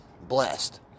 blessed